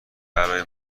برای